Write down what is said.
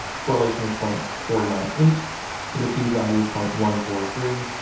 correlation of point four nine eight with a p-value of point one four three,